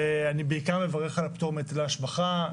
ואני בעיקר מברך על הפטור מהיטלי השבחה.